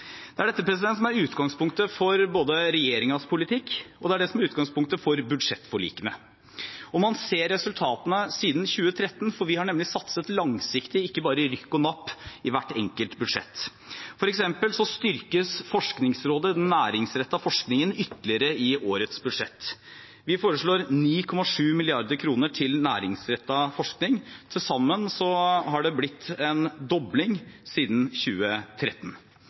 Det er dette som er utgangspunktet for regjeringens politikk, og det er dette som er utgangspunktet for budsjettforlikene. Og man ser resultatene siden 2013 – for vi har nemlig satset langsiktig og ikke bare i rykk og napp i hvert enkelt budsjett. For eksempel styrkes Forskningsrådet, den næringsrettede forskningen, ytterligere i årets budsjett. Vi foreslår 9,7 mrd. kr til næringsrettet forskning. Til sammen har det blitt en dobling siden 2013.